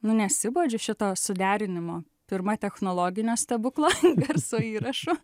nu nesibodžiu šito suderinimo pirma technologinio stebuklo garso įrašų